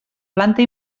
planta